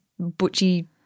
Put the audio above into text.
butchy